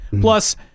Plus